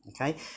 okay